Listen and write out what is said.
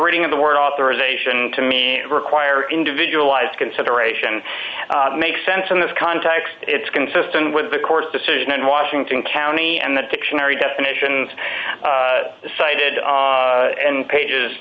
reading of the word authorization to me require individualized consideration makes sense in this context it's consistent with the court's decision in washington county and the dictionary definitions cited in pages